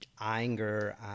anger